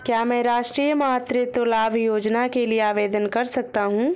क्या मैं राष्ट्रीय मातृत्व लाभ योजना के लिए आवेदन कर सकता हूँ?